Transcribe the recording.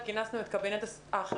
לדוגמה, כל סטודנט